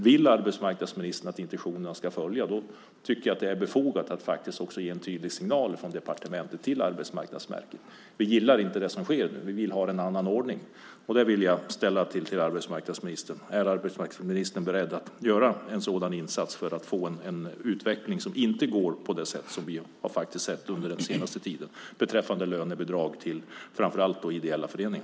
Vill arbetsmarknadsministern att intentionerna ska följas är det befogat att man också ger en tydlig signal från departementet till Arbetsmarknadsverket om att man inte gillar det som sker nu och att man vill ha en annan ordning. Därför vill jag nu fråga arbetsmarknadsministern: Är arbetsmarknadsministern beredd att göra en sådan insats för att den utveckling som vi har sett den senaste tiden, framför allt beträffande lönebidrag till ideella föreningar, inte ska fortsätta?